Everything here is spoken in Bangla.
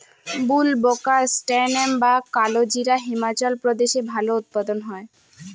বুলবোকাস্ট্যানাম বা কালোজিরা হিমাচল প্রদেশে ভালো উৎপাদন হয়